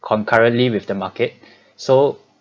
concurrently with the market so